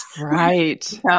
Right